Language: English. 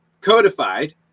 codified